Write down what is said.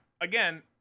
Again